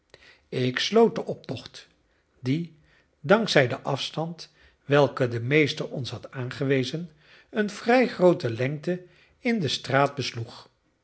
ik sloot den optocht die dank zij den afstand welken de meester ons had aangewezen een vrij groote lengte in de straat besloeg